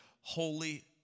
holy